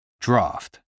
draft